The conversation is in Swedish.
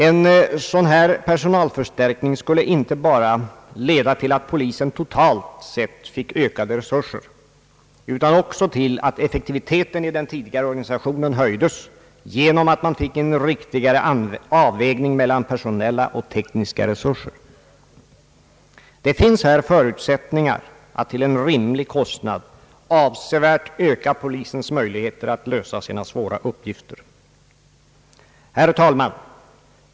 En sådan personalförstärkning skulle inte bara leda till att polisen totalt sett erhöll ökade resurser utan också till att effektiviteten i den tidigare organisationen höjdes genom att man fick en riktigare avvägning mellan personella och tekniska resurser. Det finns här: förutsättningar att till en rimlig kostnad avsevärt öka polisens möjligheter att lösa sina svåra uppgifter. Herr talman!